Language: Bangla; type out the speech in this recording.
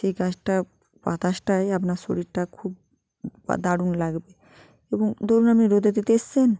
সেই গাছটার বাতাসটাই আপনার শরীরটা খুব বা দারুণ লাগবে এবং ধরুন আপনি রোদে তেতে এসেছেন